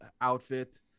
outfit